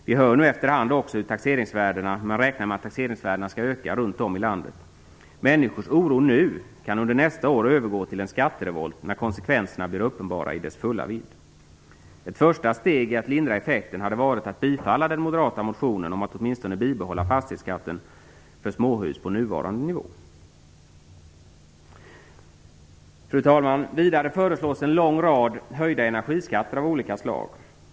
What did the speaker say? Vi hör nu efter hand också hur man räknar med att taxeringsvärdena skall öka runt om i landet. Människors oro nu kan under nästa år övergå till en skatterevolt, när konsekvenserna blir uppenbara i sin fulla vidd. Ett första steg i att lindra effekten hade varit att bifalla den moderata motionen om att åtminstone bibehålla fastighetsskatten för småhus på nuvarande nivå. Fru talman! Vidare föreslås en lång rad höjda energiskatter av olika slag.